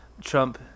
Trump